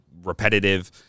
repetitive